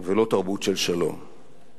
דו-קיום ותרבות של שלום.